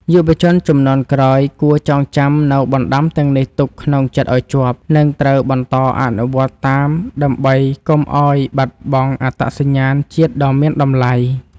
យុវជនជំនាន់ក្រោយគួរចងចាំនូវបណ្តាំទាំងនេះទុកក្នុងចិត្តឱ្យជាប់ និង ត្រូវបន្តអនុវត្តតាមដើម្បីកុំឱ្យបាត់បង់អត្តសញ្ញាណជាតិដ៏មានតម្លៃ។